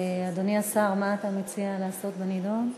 אדוני השר, מה אתה מציע לעשות בנדון?